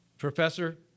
Professor